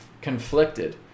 conflicted